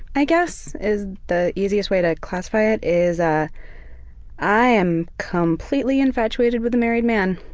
i guess, is the easiest way to classify it is ah i am completely infatuated with a married man.